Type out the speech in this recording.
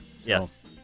Yes